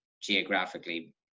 geographically